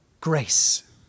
grace